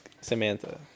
samantha